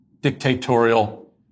dictatorial